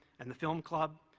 and the film club,